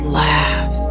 laugh